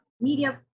media